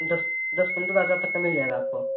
دس دس پندرہ ہزار تک کا مل جائے گا آپ کو